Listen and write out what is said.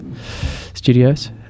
Studios